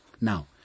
Now